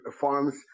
farms